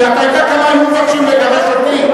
כי אתה יודע כמה היו מבקשים לגרש אותי?